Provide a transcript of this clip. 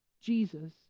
Jesus